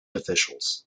officials